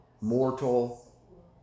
mortal